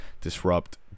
disrupt